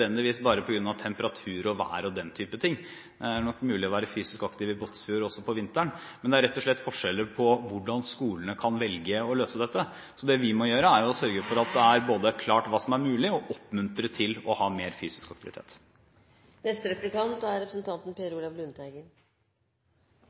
nødvendigvis bare på grunn av temperatur og vær og den type ting – det er nok mulig å være fysisk aktiv også i Båtsfjord om vinteren – men det er rett og slett forskjeller på hvordan skolene kan velge å løse dette. Så det vi må gjøre, er både å sørge for at det er klart hva som er mulig, og oppmuntre til å ha mer fysisk aktivitet.